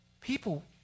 People